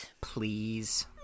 Please